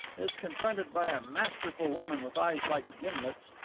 is confronted by a masterful woman with eyes like gimlets,